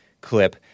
clip